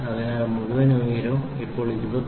അതിനാൽ ഈ മുഴുവൻ ഉയരവും ഇപ്പോൾ 29